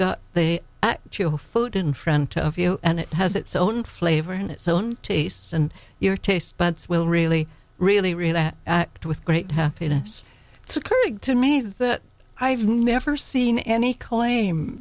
got the food in front of you and it has its own flavor and its own taste and your taste buds will really really really do with great happiness it's occurred to me that i've never seen any claim